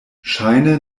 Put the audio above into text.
ŝajne